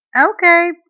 Okay